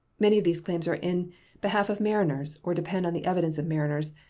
many of these claims are in behalf of mariners, or depend on the evidence of mariners,